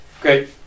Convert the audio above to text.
Great